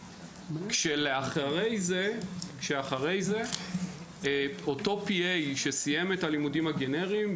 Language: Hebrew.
ואחרי זה אותו P.A שמסיים את הלימודים הגנריים,